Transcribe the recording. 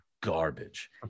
garbage